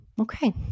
Okay